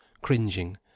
cringing